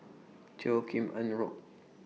Teo Kim Eng Road